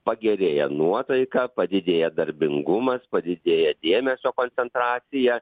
pagerėja nuotaika padidėja darbingumas padidėja dėmesio koncentracija